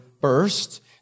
first